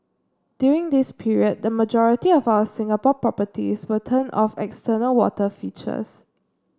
during this period the majority of our Singapore properties will turn off external water features